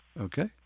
Okay